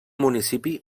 municipi